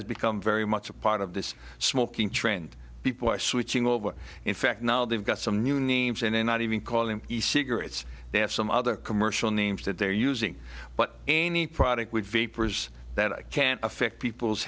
has become very much a part of this smoking trend people are switching over in fact now they've got some new names and they're not even calling cigarettes they have some other commercial names that they're using but any product with vapors that i can affect people's